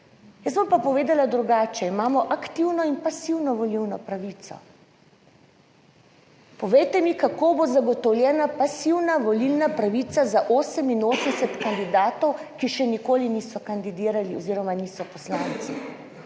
Jaz bom pa povedala drugače. Imamo aktivno in pasivno volilno pravico. Povejte mi, kako bo zagotovljena pasivna volilna pravica za 88 kandidatov, ki še nikoli niso kandidirali oziroma niso poslanci,